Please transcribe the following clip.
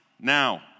now